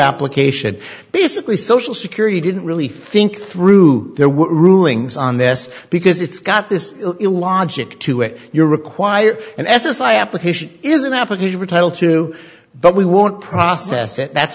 application basically social security didn't really think through there were rulings on this because it's got this illogic to it you require an s s i application is an application for title two but we won't process it that's